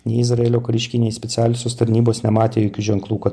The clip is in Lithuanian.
nei izraelio kariškiai nei specialiosios tarnybos nematė jokių ženklų kad